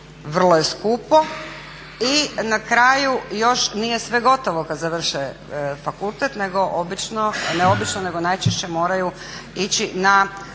vrlo je skupo i na kraju još nije sve gotovo kad završe fakultet nego obično, ne obično